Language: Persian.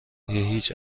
هیچ